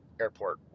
Airport